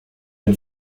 une